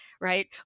right